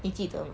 你记得吗